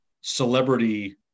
celebrity